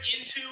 into-